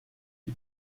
die